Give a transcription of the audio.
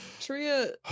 tria